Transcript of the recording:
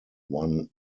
one